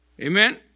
Amen